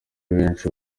benshi